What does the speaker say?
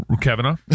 Kavanaugh